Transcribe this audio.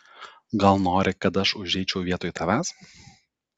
gal nori kad aš užeičiau vietoj tavęs